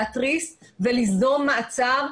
להתריס וליזום מעצר,